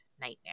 nightmare